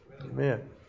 Amen